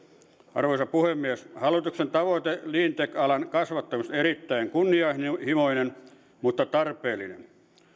arvoisa puhemies hallituksen tavoite cleantech alan kasvattamiseksi on erittäin kunnianhimoinen mutta tarpeellinen